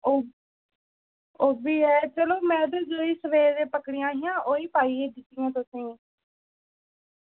ओह्बी ऐ पर में बी जेह्ड़ियां सवेरे दियां पकड़ियां हियां ओह् ही पाई दित्तियां हियां तुसेंगी